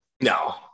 No